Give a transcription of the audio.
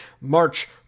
March